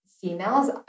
females